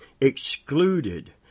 excluded